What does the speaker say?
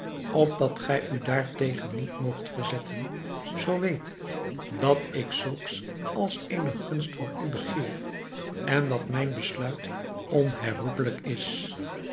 opdat gij u daartegen niet moogt verzetten zoo weet dat ik zulks als eene gunst van u begeer en dat mijn besluit onherroepelijk is